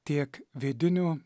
tiek vidinių